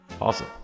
Awesome